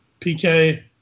PK